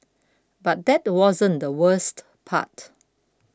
but that wasn't the worst part